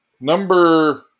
Number